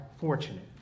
fortunate